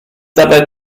dabei